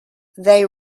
they